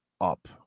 up